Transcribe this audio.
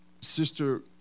Sister